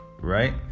right